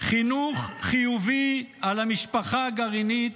חינוך חיובי על המשפחה הגרעינית,